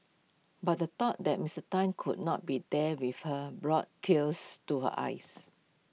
but the thought that Mister Tan could not be there with her brought tears to her eyes